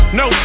no